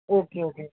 okay okay